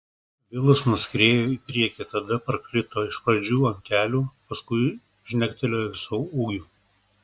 vilas nuskriejo į priekį tada parkrito iš pradžių ant kelių paskui žnektelėjo visu ūgiu